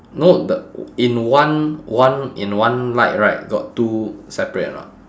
no the in one one in one light right got two separate or not